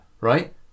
Right